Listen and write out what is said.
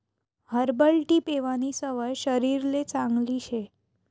herbal tea पेवानी सवय शरीरले चांगली शे